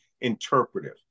interpretive